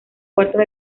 cuartos